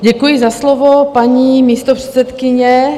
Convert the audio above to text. Děkuji za slovo, paní místopředsedkyně.